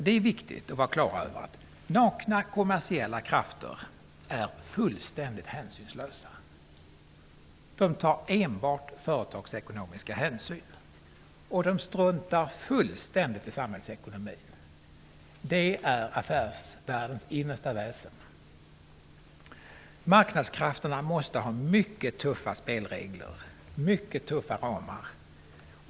Det är viktigt att vara klar över att nakna kommersiella krafter är fullständigt hänsynslösa. De tar enbart företagsekonomiska hänsyn. De struntar fullständigt i samhällsekonomin. Det är affärsvärldens innersta väsen. Marknadskrafterna måste ha mycket tuffa spelregler, mycket tuffa ramar.